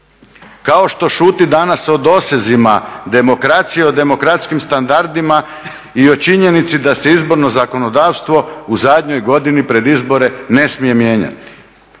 kao što šuti danas o dosezima demokracije o demokratskim standardima i o činjenici da se izborno zakonodavstvo u zadnjoj godini pred izbore ne smije mijenjati.